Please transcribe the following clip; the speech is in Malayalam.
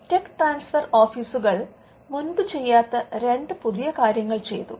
ടെക് ട്രാൻസ്ഫർ ഓഫീസുകൾ മുമ്പ് ചെയ്യാത്ത രണ്ട് പുതിയ കാര്യങ്ങൾ ചെയ്തു